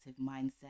mindset